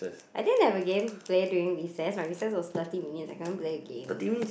I didn't have a game to play during recess my recess was thirty minutes I can't play a game